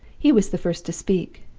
he was the first to speak.